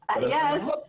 yes